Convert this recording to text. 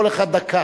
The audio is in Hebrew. כל אחד דקה,